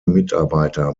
mitarbeiter